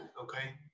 okay